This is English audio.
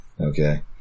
Okay